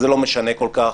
זה לא משנה כל כך,